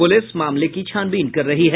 police मामले की छानबीन कर रही है